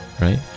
right